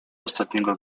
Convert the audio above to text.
ostatniego